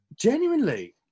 Genuinely